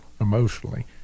emotionally